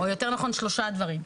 יותר נכון שלושה דברים.